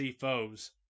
foes